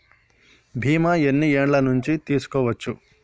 బీమా ఎన్ని ఏండ్ల నుండి తీసుకోవచ్చు?